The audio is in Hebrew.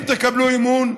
אם תקבלו אמון,